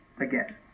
Again